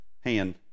hand